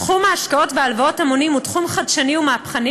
תחום ההשקעות והלוואות ההמונים הוא תחום חדשני ומהפכני